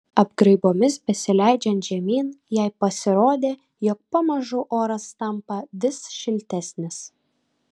apgraibomis besileidžiant žemyn jai pasirodė jog pamažu oras tampa vis šiltesnis